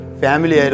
family